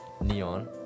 neon